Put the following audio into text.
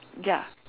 ya